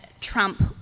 Trump